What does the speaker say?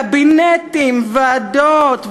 קבינטים, ועדות.